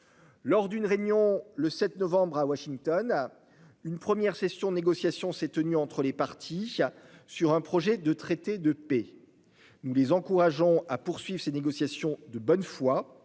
Lors d'une réunion le 7 novembre à Washington, une première session de négociations s'est tenue entre les parties sur un projet de traité de paix. Nous les encourageons à poursuivre ces négociations de bonne foi,